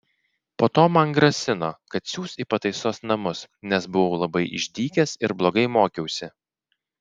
po to man grasino kad siųs į pataisos namus nes buvau labai išdykęs ir blogai mokiausi